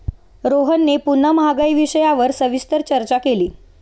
रोहनने पुन्हा महागाई विषयावर सविस्तर चर्चा केली